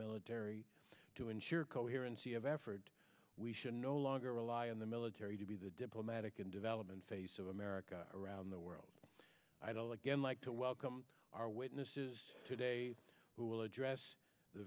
military to ensure coherency of effort we should no longer rely on the military to be the diplomatic and development face of america around the world idol again like to welcome our witnesses today who will address the